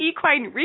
Equine